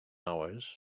hours